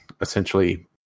essentially